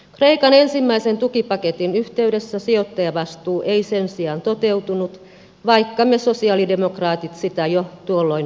kreikan ensimmäisen tukipaketin yhteydessä sijoittajavastuu ei sen sijaan toteutunut vaikka me sosialidemokraatit sitä jo tuolloin vaadimme